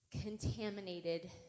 contaminated